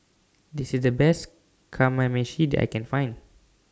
This IS The Best Kamameshi that I Can Find